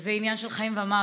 וזה עניין של חיים ומוות.